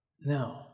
No